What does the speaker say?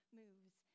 moves